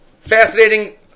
fascinating